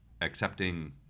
accepting